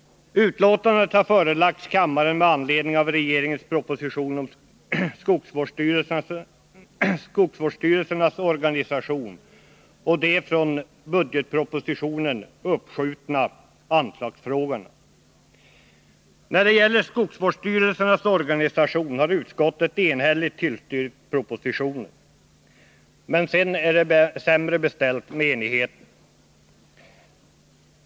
Betänkandet har förelagts kammaren med anledning av regeringens proposition om skogsvårdsstyrelsernas organisation och de från budgetpropositionen uppskjutna anslagsfrågorna. När det gäller skogsvårdsstyrelsernas organisation har utskottet enhälligt tillstyrkt propositionen, men sedan är det sämre ställt med enigheten.